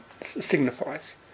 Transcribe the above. signifies